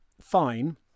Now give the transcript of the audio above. Fine